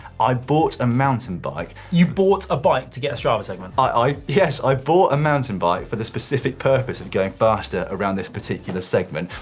i bought a mountain bike. you bought a bike to get a strava segment. i, yes, i bought a mountain bike for the specific purpose of going faster around this particular segment.